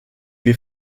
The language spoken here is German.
wir